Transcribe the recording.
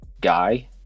guy